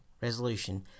resolution